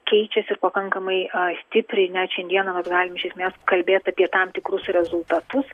keičiasi ir pakankamai a stipriai net šiandieną mes galim iš esmės kalbėt apie tam tikrus rezultatus